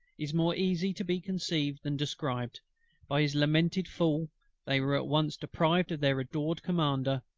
is more easy to be conceived than described by his lamented fall they were at once deprived of their adored commander,